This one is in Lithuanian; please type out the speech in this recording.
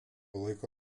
laiko